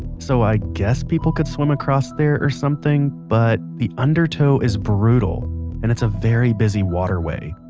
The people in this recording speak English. so i guess people could swim across there or something, but the undertow is brutal and it's a very busy waterway.